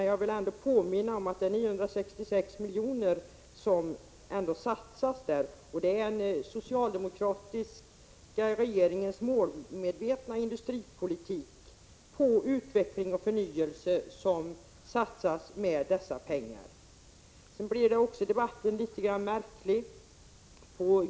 Jag vill då påminna om att det ändå är 966 milj.kr. som vi satsar. Det är den socialdemokratiska regeringens målmedvetna industripolitik, inriktad på utveckling och förnyelse, som vi satsar på med dessa pengar. Debatten är litet märklig.